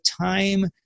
time